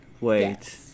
wait